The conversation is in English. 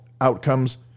outcomes